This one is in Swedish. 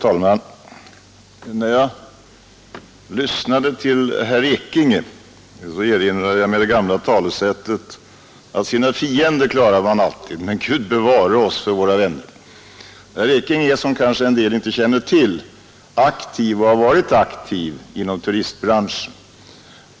Herr talman! När jag lyssnade till herr Ekinge erinrade jag mig det gamla talesättet att sina fiender klarar man alltid, men Gud bevare en för ens vänner. Herr Ekinge är och har varit, vilket kanske en del inte känner till, aktiv inom turistbranschen.